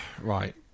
Right